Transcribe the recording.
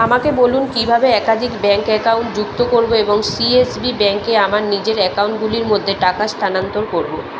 আমাকে বলুন কীভাবে একাধিক ব্যাঙ্ক অ্যাকাউন্ট যুক্ত করব এবং সিএসবি ব্যাঙ্কে আমার নিজের অ্যাকাউন্টগুলির মধ্যে টাকা স্থানান্তর করব